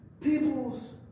people's